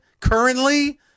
currently